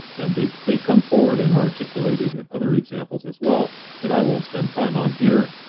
and they they come forward and are articulated in other examples as well that i won't spend time on here,